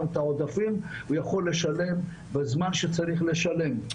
העודפים ויכול לשלם בזמן שצריך לשלם.